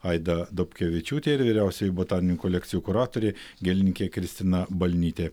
aida dobkevičiūtė ir vyriausioji botaninių kolekcijų kuratorė gėlininkė kristina balnytė